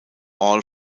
all